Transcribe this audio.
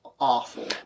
awful